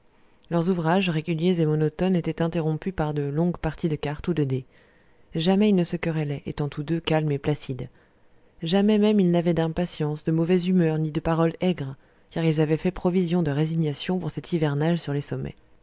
leurs ouvrages réguliers et monotones étaient interrompus par de longues parties de cartes ou de dés jamais ils ne se querellaient étant tous deux calmes et placides jamais même ils n'avaient d'impatiences de mauvaise humeur ni de paroles aigres car ils avaient fait provision de résignation pour cet hivernage sur les sommets